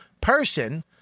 person